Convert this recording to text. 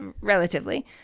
relatively